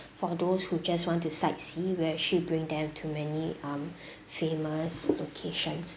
for those who just want to sightsee we'll actually bring them to many um famous locations